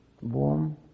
warm